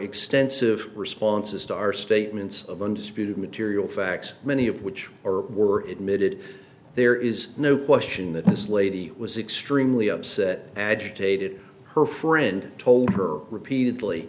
extensive responses to our statements of undisputed material facts many of which are were admitted there is no question that this lady was extremely upset agitated her friend told her repeatedly